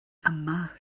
yma